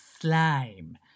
slime